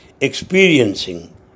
experiencing